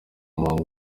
umuhango